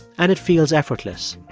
and it feels effortless.